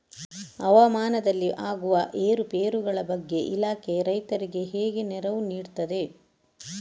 ಹವಾಮಾನದಲ್ಲಿ ಆಗುವ ಏರುಪೇರುಗಳ ಬಗ್ಗೆ ಇಲಾಖೆ ರೈತರಿಗೆ ಹೇಗೆ ನೆರವು ನೀಡ್ತದೆ?